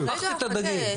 שנייה, רגע, חכה.